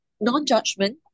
non-judgment